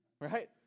Right